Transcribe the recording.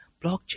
blockchain